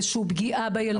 איזשהו פגיעה בילדות.